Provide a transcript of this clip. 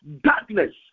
Darkness